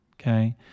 Okay